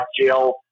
Jill